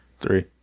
Three